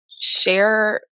share